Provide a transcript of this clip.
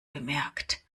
bemerkt